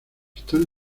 están